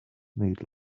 need